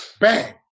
Bang